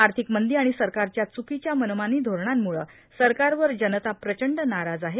आर्थिक मंदी आणि सरकारच्या च्रकीच्या मनमानी धोरणांमुळे सरकारवर जनता प्रचंड नाराज आहे